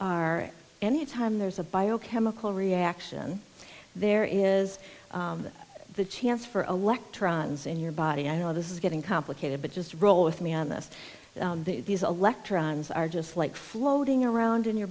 are anytime there's a bio chemical reaction there is the chance for electrons in your body i know this is getting complicated but just roll with me on this these electrons are just like floating around in your